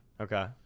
okay